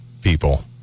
people